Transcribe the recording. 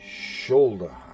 shoulder